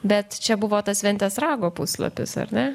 bet čia buvo tas ventės rago puslapis ar ne